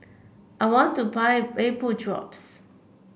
I want to buy Vapodrops